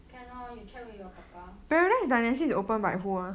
can lor you check with you papa